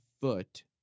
foot